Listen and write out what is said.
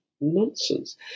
nonsense